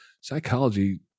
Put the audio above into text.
psychology